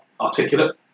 articulate